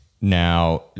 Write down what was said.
Now